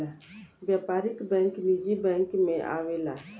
व्यापारिक बैंक निजी बैंक मे आवेला